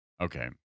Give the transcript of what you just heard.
Okay